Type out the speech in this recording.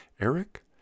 Eric